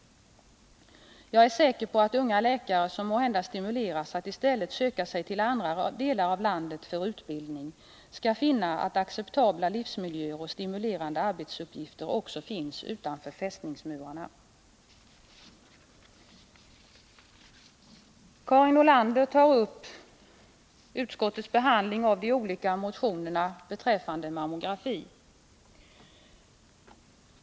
Jag är säker på att unga läkare som måhända stimuleras att i stället söka sig till andra delar av landet för utbildning skall finna att acceptabla livsmiljöer och stimulerande arbetsuppgifter också finns utanför fästningsmurarna. Karin Nordlander tar upp utskottets behandling av de olika motionerna beträffande mammografi.